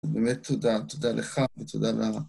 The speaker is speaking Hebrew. באמת תודה, תודה לך ותודה לך.